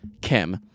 Kim